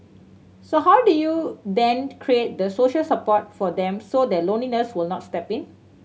so how do you then create the social support for them so that loneliness will not step in